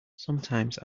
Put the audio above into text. sometimes